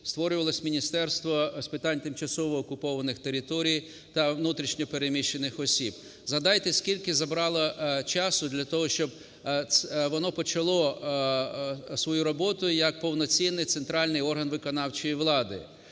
створювалось Міністерство з питань тимчасово окупованих територій та внутрішньо переміщених осіб, згадайте, скільки забрало часу для того, щоб воно почало свою роботу як повноцінний центральний орган виконавчої влади.